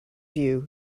view